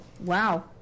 wow